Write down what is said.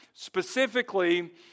Specifically